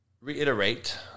reiterate